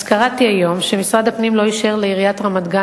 אז קראתי היום שמשרד הפנים לא אישר לעיריית רמת-גן